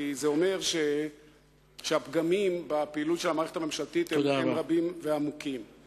כי זה אומר שהפגמים בפעילות של המערכת הממשלתית הם עמוקים ורבים.